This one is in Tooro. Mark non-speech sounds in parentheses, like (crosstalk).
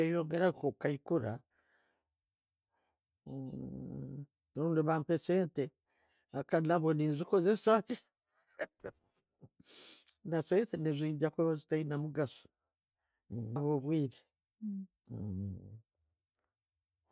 ﻿Okweyongeraho okukaikura (hesitation) rundi bampe sente kadi nabwo, nenzikosesa (laughs) ne'sente nezijja kuba zitayiina mugaaso habwowire (hesitation)